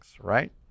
right